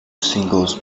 singles